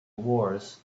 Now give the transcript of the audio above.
wars